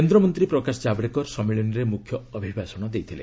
କେନ୍ଦ୍ରମନ୍ତ୍ରୀ ପ୍ରକାଶ ଜାବ୍ଡେକର ସମ୍ମିଳନୀରେ ମୁଖ୍ୟ ଅଭିଭାଷଣ ଦେଇଥିଲେ